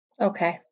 Okay